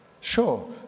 Sure